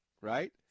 Right